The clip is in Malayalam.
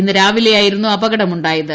ഇന്ന് രാവിലെയായിരുന്നു അപകടമു ായത്